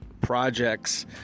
projects